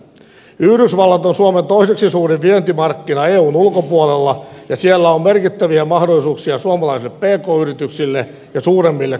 yhdysvallat on suomen toiseksi suurin vientimarkkina eun ulkopuolella ja siellä on merkittäviä mahdollisuuksia suomalaisille pk yrityksille ja suuremmillekin yrityksille